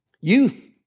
Youth